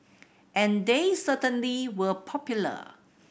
and they certainly were popular